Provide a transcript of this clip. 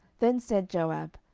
then said joab,